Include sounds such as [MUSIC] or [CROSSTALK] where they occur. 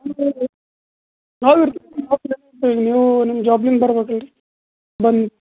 [UNINTELLIGIBLE] ನಾವು ಇರ್ತೀವಿ ನಾವು ಇರ್ತೀವಿ ನೀವು ನಿಮ್ಮ ಜಾಬ್ನಿಂದ ಬರ್ಬೇಕು ಅಲ್ಲರಿ ಬಂದು